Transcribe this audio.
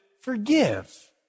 forgive